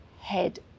head